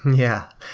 yeah.